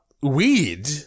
weed